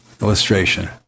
Illustration